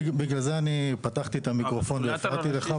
בגלל זה אני פתחתי את המיקרופון והפרעתי בסקירה